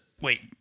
wait